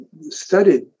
studied